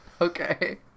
Okay